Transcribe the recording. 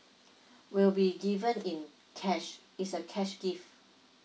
will be given in cash it's a cash gift